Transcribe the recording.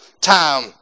time